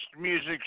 music